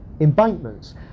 embankments